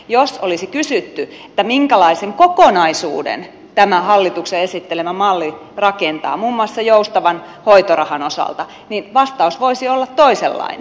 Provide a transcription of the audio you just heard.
jos olisi kysytty että minkälaisen kokonaisuuden tämä hallituksen esittelemä malli rakentaa muun muassa joustavan hoitorahan osalta niin vastaus voisi olla toisenlainen